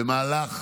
במהלך